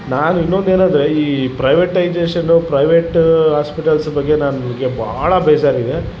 ನಾನು ಇನ್ನೊಂದು ಏನಂದರೆ ಈ ಪ್ರೈವೈಟೈಜೇಶನ್ನು ಪ್ರೈವೆಟ್ ಆಸ್ಪಿಟಲ್ಸ್ ಬಗ್ಗೆ ನನಗೆ ಭಾಳಾ ಬೇಜಾರಿದೆ